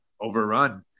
overrun